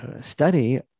study